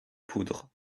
poudre